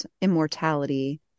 immortality